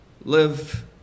live